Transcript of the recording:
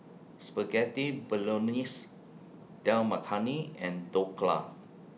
Spaghetti Bolognese Dal Makhani and Dhokla